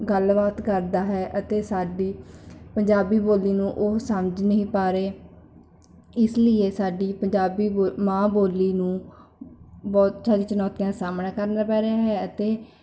ਗੱਲਬਾਤ ਕਰਦਾ ਹੈ ਅਤੇ ਸਾਡੀ ਪੰਜਾਬੀ ਬੋਲੀ ਨੂੰ ਉਹ ਸਮਝ ਨਹੀਂ ਪਾ ਰਹੇ ਇਸ ਲੀਏ ਸਾਡੀ ਪੰਜਾਬੀ ਬੋ ਮਾਂ ਬੋਲੀ ਨੂੰ ਬਹੁਤ ਸਾਰੀਆਂ ਚੁਨੌਤੀਆਂ ਦਾ ਸਾਹਮਣਾ ਕਰਨਾ ਪੈ ਰਿਹਾ ਹੈ ਅਤੇ